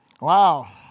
Wow